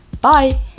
Bye